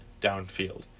downfield